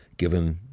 given